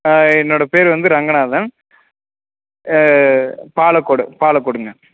என்னோடய பேர் வந்து ரங்கநாதன் பாலக்கோடு பாலக்கோடுங்க